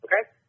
okay